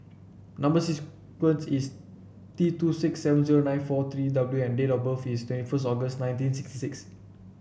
number sequence is T two six seven zero nine four three W and date of birth is twenty first August nineteen sixty six